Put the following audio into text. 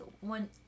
one